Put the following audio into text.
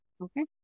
okay